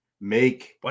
Make